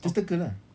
just teka lah